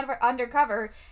undercover